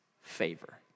favor